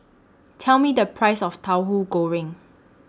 Tell Me The Price of Tauhu Goreng